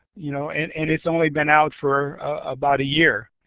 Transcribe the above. you know, and and it's only been out for about a year.